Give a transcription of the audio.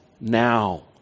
now